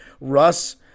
Russ